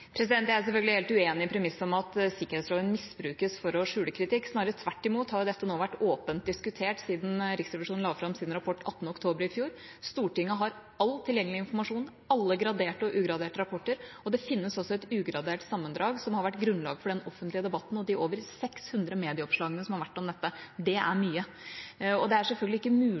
Jeg er selvfølgelig helt uenig i premisset om at sikkerhetsloven misbrukes for å skjule kritikk. Snarere tvert imot – dette har vært åpent diskutert siden Riksrevisjonen la fram sin rapport den 18. oktober i fjor. Stortinget har all tilgjengelig informasjon, alle graderte og ugraderte rapporter, og det finnes også et ugradert sammendrag som har vært grunnlag for den offentlige debatten og de over 600 medieoppslagene som har vært om dette. Det er mye. Det er selvfølgelig ikke mulig